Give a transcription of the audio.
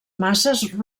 masses